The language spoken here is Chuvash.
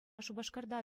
шупашкарта